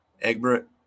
Egbert